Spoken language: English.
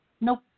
nope